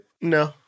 No